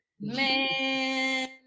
man